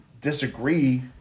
disagree